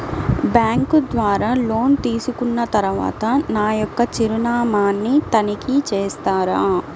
Bank ద్వారా loan తీసుకున్న తరువాత నా యొక్క చిరునామాని తనిఖీ చేస్తారా?